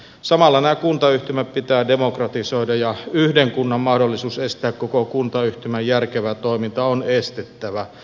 samalla nämä kuntayhtymät pitää demokratisoida ja yhden kunnan mahdollisuus estää koko kuntayhtymän järkevä toiminta on estettävä